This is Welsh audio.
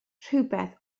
rhywbeth